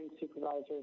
Supervisors